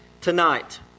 tonight